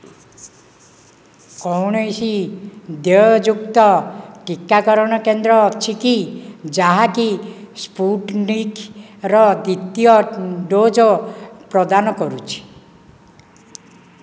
କୌଣସି ଦେୟଯୁକ୍ତ ଟିକାକରଣ କେନ୍ଦ୍ର ଅଛି କି ଯାହାକି ସ୍ପୁଟନିକ୍ର ଦ୍ୱିତୀୟ ଡୋଜ୍ ପ୍ରଦାନ କରୁଛି